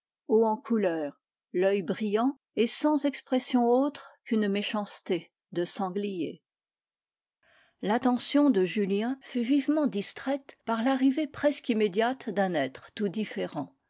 haut en couleur l'oeil brillant et sans expression autre qu'une méchanceté de sanglier l'attention de julien fut vivement distraite par l'arrivée presque immédiate d'un être tout différent